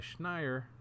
Schneier